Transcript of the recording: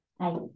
Hi